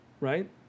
Right